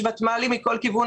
יש ותמ"לים מכל כיוון,